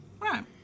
Right